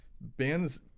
bands